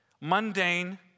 mundane